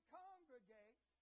congregate